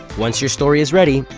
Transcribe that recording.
once your story is ready,